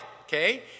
okay